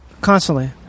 Constantly